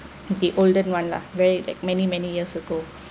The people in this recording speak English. the older one lah very like many many years ago